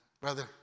Brother